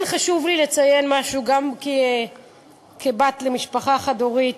כן חשוב לי לציין משהו, גם כבת למשפחה חד-הורית: